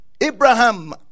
Abraham